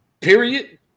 period